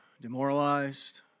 demoralized